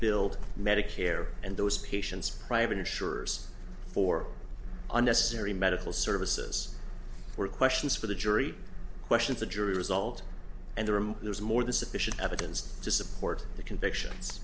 billed medicare and those patients private insurers for unnecessary medical services were questions for the jury questions the jury result and the rim there is more the sufficient evidence to support the convictions